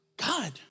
God